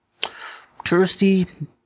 Touristy